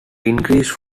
increased